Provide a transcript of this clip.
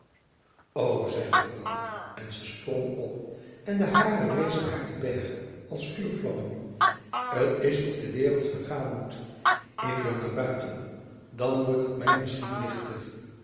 o zei de vrouw en ze sprong op en de haren rezen haar te berge als vuurvlammen het is of de wereld vergaan moet ik wil naar buiten dan wordt het mij misschien lichter